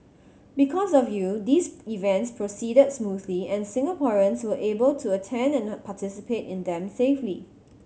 because of you these events proceeded smoothly and Singaporeans were able to attend and participate in them safely